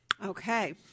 Okay